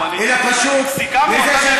אלא פשוט לזה,